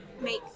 make